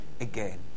again